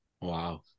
Wow